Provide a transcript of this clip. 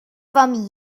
from